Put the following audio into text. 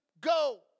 go